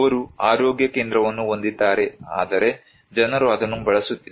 ಅವರು ಆರೋಗ್ಯ ಕೇಂದ್ರವನ್ನು ಹೊಂದಿದ್ದಾರೆ ಆದರೆ ಜನರು ಅದನ್ನು ಬಳಸುತ್ತಿಲ್ಲ